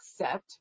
accept